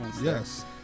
yes